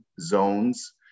zones